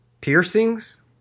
piercings